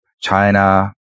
China